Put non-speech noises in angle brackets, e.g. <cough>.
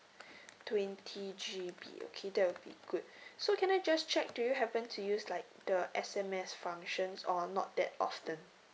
<breath> twenty G_B okay that will be good <breath> so can I just check do you happen to use like the S_M_S functions or not that often